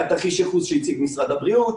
היה תרחיש ייחוס שהציג משרד הבריאות,